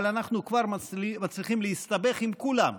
אבל אנחנו כבר מצליחים להסתבך עם כולם.